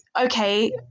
okay